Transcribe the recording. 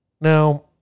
Now